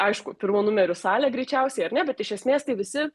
aišku pirmu numeriu salė greičiausiai ar ne bet iš esmės tai visi